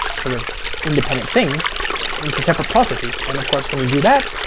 sort of independent things into separate processes. and of course, when you do that,